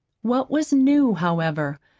what was new, however,